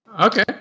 Okay